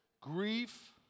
grief